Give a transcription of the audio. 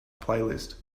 playlist